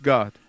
God